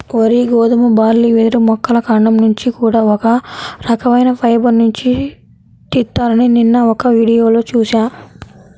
వరి, గోధుమ, బార్లీ, వెదురు మొక్కల కాండం నుంచి కూడా ఒక రకవైన ఫైబర్ నుంచి తీత్తారని నిన్న ఒక వీడియోలో చూశా